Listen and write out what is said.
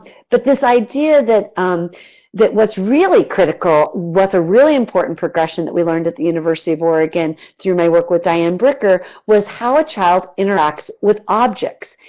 but, this idea that um that what's really critical, what's ah really important progression that we learned at the university of oregon during my work with diane bricker, was how a child interacts with objects,